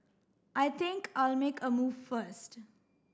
I think I'll make a move first